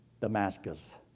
Damascus